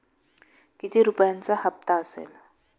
किती रुपयांचा हप्ता असेल?